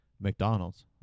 McDonald's